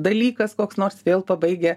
dalykas koks nors vėl pabaigia